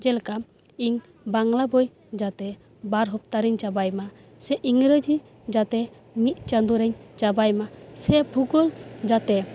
ᱡᱮᱞᱮᱠᱟ ᱤᱧ ᱵᱟᱝᱞᱟ ᱵᱳᱭ ᱡᱟᱛᱮ ᱵᱟᱨ ᱦᱚᱯᱛᱟᱨᱮᱧ ᱪᱟᱵᱟᱭᱢᱟ ᱥᱮ ᱤᱝᱨᱮᱡᱤ ᱡᱟᱛᱮ ᱢᱤᱫ ᱪᱟᱸᱫᱳᱨᱮᱧ ᱪᱟᱵᱟᱭᱢᱟ ᱥᱮ ᱵᱷᱩᱜᱳᱞ ᱡᱟᱛᱮ